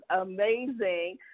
amazing